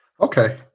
okay